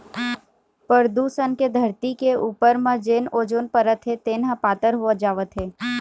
परदूसन के धरती के उपर म जेन ओजोन परत हे तेन ह पातर होवत जावत हे